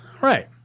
Right